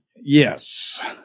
Yes